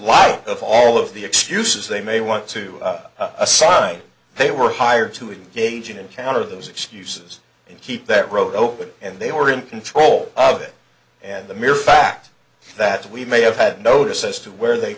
light of all of the excuses they may want to assign they were hired to engage in an account of those excuses and keep that road open and they were in control of it and the mere fact that we may have had notice as to where they